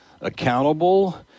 accountable